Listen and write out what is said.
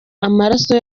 amaraso